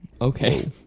Okay